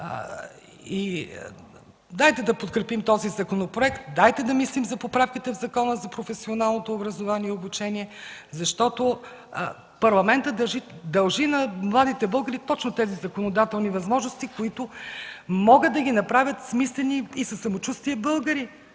Дайте да подкрепим този законопроект, дайте да мислим за поправките в Закона за професионалното образование и обучение, защото парламентът дължи на младите българи точно тези законодателни възможности, които могат да ги направят смислени и със самочувствие българи.